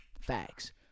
Facts